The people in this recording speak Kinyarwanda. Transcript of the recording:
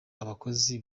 abakozi